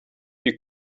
you